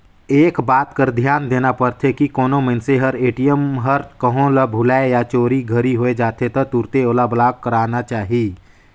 एक बात कर धियान देना परथे की कोनो मइनसे हर ए.टी.एम हर कहों ल भूलाए या चोरी घरी होए जाथे त तुरते ओला ब्लॉक कराना चाही